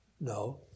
No